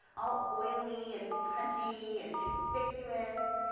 all oily, and pudgy, and conspicuous,